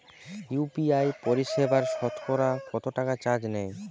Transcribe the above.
UPI পরিসেবায় সতকরা কতটাকা চার্জ নেয়?